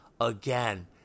again